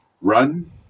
run